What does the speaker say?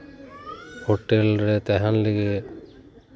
hotel ᱨᱮ ᱛᱟᱦᱮᱱ ᱞᱟᱹᱜᱤᱫ